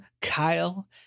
kyle